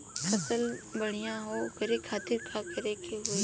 फसल बढ़ियां हो ओकरे खातिर का करे के होई?